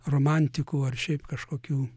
romantikų ar šiaip kažkokių